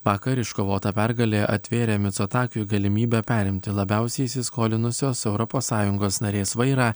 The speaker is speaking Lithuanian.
vakar iškovota pergalė atvėrė micotakiui galimybę perimti labiausiai įsiskolinusios europos sąjungos narės vairą